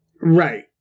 Right